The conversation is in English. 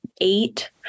eight